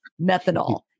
methanol